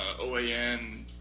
OAN